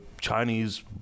Chinese